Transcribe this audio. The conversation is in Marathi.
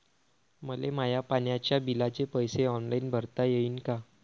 मले माया पाण्याच्या बिलाचे पैसे ऑनलाईन भरता येईन का?